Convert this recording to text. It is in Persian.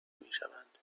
میشوند